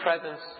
presence